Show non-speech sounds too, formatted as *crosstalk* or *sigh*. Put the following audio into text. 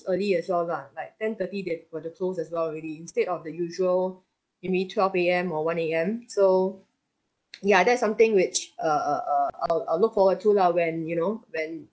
early as well lah like ten-thirty they've got to close as well already instead of the usual I mean twelve A_M or one A_M so *noise* ya that's something which uh uh uh I'll I'll look forward to lah when you know when